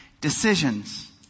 decisions